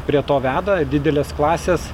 prie to veda didelės klasės